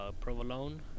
provolone